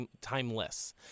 timeless